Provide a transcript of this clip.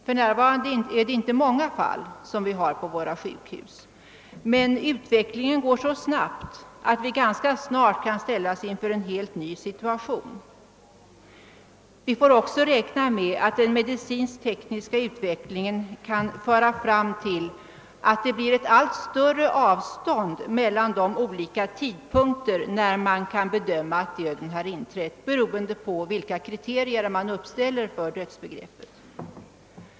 För närvarande finns det inte många sådana fall på våra sjukhus, men utvecklingen går så snabbt att vi ganska snart kan ställas inför en helt ny situation. Vi får också räkna med att den medicinsk-tekniska utvecklingen kan leda till allt större avstånd mellan de olika tidpunkter då man kan bedöma att döden har inträtt, beroende på vilka kriterier som uppställes för dödsbegreppet.